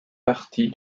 partie